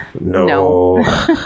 No